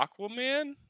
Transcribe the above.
aquaman